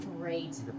Great